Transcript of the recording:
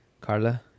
carla